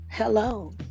Hello